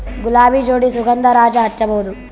ಗುಲಾಬಿ ಜೋಡಿ ಸುಗಂಧರಾಜ ಹಚ್ಬಬಹುದ?